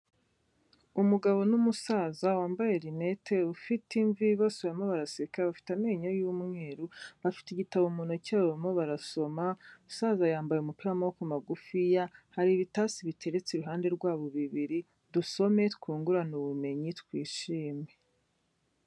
Umugabo n'umusaza wambaye rinete ufite imvi, bose barimo baraseka, bafite amenyo y'umweru, bafite igitabo mu ntoki barimo barasoma u, umusaza yambaye umupira w'amaboko magufiya, hari ibitatsi biteretse iruhande rwabo bibiri. Dusome twungurane ubumenyi, twishime.